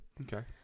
Okay